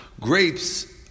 grapes